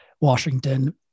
Washington